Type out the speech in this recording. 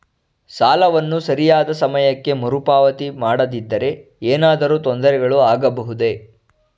ಸಾಲವನ್ನು ಸರಿಯಾದ ಸಮಯಕ್ಕೆ ಮರುಪಾವತಿ ಮಾಡದಿದ್ದರೆ ಏನಾದರೂ ತೊಂದರೆಗಳು ಆಗಬಹುದೇ?